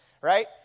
right